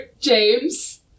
James